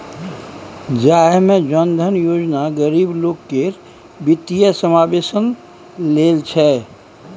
जाहि मे जन धन योजना गरीब लोक केर बित्तीय समाबेशन लेल छै